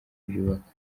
byubaka